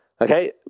Okay